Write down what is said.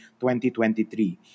2023